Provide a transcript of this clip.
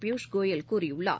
பியூஸ் கோயல் கூறியுள்ளார்